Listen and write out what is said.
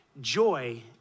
Joy